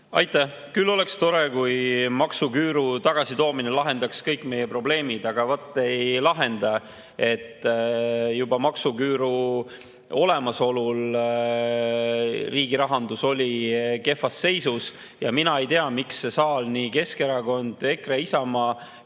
Aitäh! Küll oleks tore, kui maksuküüru tagasitoomine lahendaks kõik meie probleemid, aga vaat ei lahenda. Juba maksuküüru olemasolul oli riigirahandus kehvas seisus. Mina ei tea, miks siin saalis nii Keskerakond, EKRE kui ka